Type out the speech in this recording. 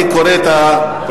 אני קורא את הברכה.